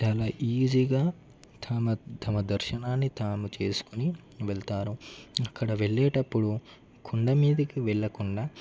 చాలా ఈజీగా తమ తమ దర్శనాన్ని తాము చేసుకుని వెళ్తారు అక్కడ వెళ్లేటప్పుడు కొండమీదకి వెళ్లకుండా